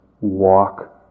walk